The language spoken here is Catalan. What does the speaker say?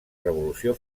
revolució